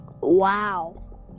Wow